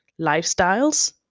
lifestyles